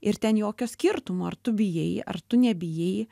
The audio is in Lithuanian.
ir ten jokio skirtumo ar tu bijai ar tu nebijai